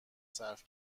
صرف